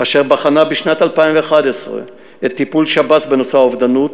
אשר בחנה בשנת 2011 את טיפול שב"ס בנושא האובדנות,